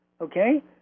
Okay